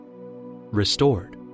restored